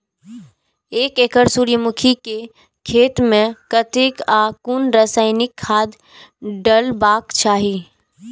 एक एकड़ सूर्यमुखी केय खेत मेय कतेक आ कुन रासायनिक खाद डलबाक चाहि?